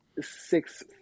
six